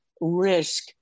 risk